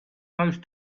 those